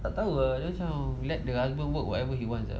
tak tahu macam let the husband whatever he wants uh